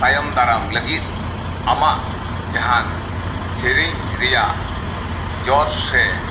ᱛᱟᱭᱚᱢ ᱫᱟᱨᱟᱢ ᱞᱟᱹᱜᱤᱫ ᱟᱢᱟᱜ ᱡᱟᱦᱟᱱ ᱥᱮᱨᱮᱧ ᱨᱮᱭᱟᱜ ᱡᱚᱥ ᱥᱮ